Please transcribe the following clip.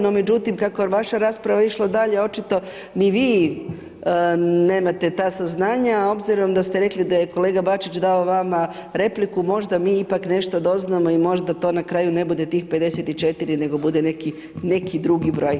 No međutim kako je vaša rasprava išla dalje očito ni vi nemate ta saznanja a obzirom da ste rekli da je kolega Bačić dao vama repliku možda mi ipak nešto doznamo i možda to na kraju ne bude tih 54 nego bude neki drugi broj.